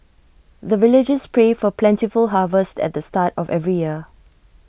the villagers pray for plentiful harvest at the start of every year